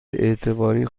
اعتباری